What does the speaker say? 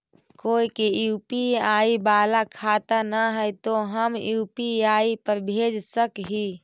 कोय के यु.पी.आई बाला खाता न है तो हम यु.पी.आई पर भेज सक ही?